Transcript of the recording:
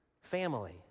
Family